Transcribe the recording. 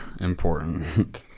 important